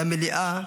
למליאה,